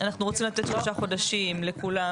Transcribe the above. אנחנו רוצים לתת 3 חודשים לכולם,